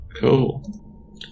Cool